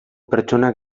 pertsonak